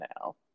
now